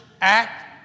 act